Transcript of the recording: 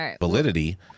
validity